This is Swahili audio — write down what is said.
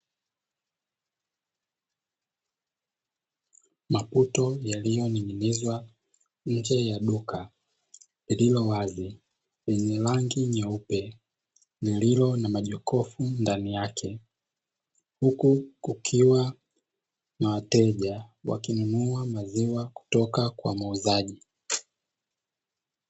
Maputo yaliyoning'inizwa nje ya duka lililo wazi lenye rangi nyeupe, lililo na majokofu ndani yake, huku kukiwa na wateja wakinunua maziwa kutoka kwa muuzaij.